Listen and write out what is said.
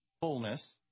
fullness